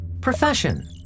Profession